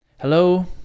Hello